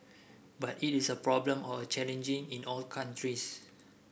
but it is a problem or a challenge in all countries